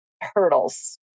hurdles